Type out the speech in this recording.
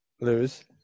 Lose